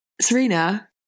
Serena